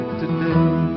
today